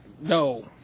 No